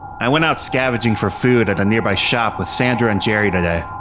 i went out scavenging for food at a nearby shop with sandra and jerry today.